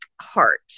heart